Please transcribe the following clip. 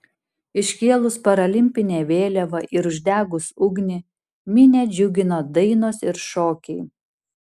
iškėlus paralimpinę vėliavą ir uždegus ugnį minią džiugino dainos ir šokiai